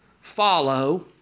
follow